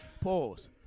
Pause